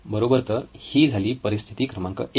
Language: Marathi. बरोबर तर ही झाली परिस्थिती क्रमांक 1